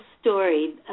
story